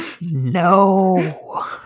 No